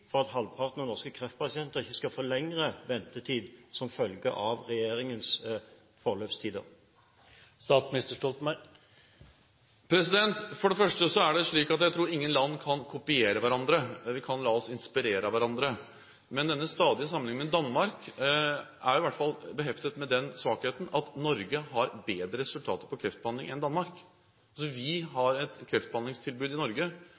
for at halvparten av norske kreftpasienter ikke skal få lengre ventetid som følge av regjeringens forløpstider? For det første tror jeg ingen land kan kopiere hverandre, men vi kan la oss inspirere av hverandre. Men denne stadige sammenligningen med Danmark er i hvert fall beheftet med den svakheten at Norge har bedre resultater på kreftbehandling enn Danmark. Vi har et kreftbehandlingstilbud i Norge som gjør at det er større sannsynlighet for å overleve en kreftdiagnose i Norge